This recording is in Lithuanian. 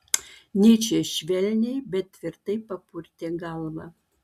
nyčė švelniai bet tvirtai papurtė galvą